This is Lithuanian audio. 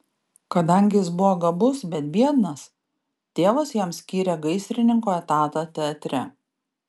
kadangi jis buvo gabus bet biednas tėvas jam skyrė gaisrininko etatą teatre